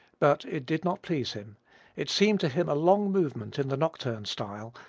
but it did not please him it seemed to him a long movement in the nocturne style,